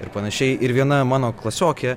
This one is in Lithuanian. ir panašiai ir viena mano klasiokė